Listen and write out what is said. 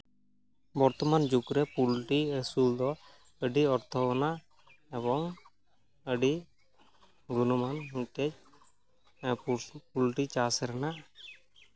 ᱵᱚᱨᱛᱚᱢᱟᱱ ᱡᱩᱜᱽ ᱨᱮ ᱯᱚᱞᱴᱤ ᱟᱹᱥᱩᱞ ᱫᱚ ᱟᱹᱰᱤ ᱚᱨᱛᱷᱚ ᱟᱱᱟᱜ ᱮᱵᱚᱝ ᱟᱹᱰᱤ ᱜᱚᱱᱚᱝ ᱟᱱ ᱢᱤᱫᱴᱮᱡ ᱯᱳᱞᱴᱤ ᱪᱟᱥ ᱨᱮᱱᱟᱜ